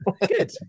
Good